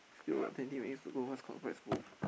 still got twenty minutes to go what's congrats bro